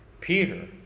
Peter